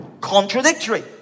Contradictory